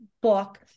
book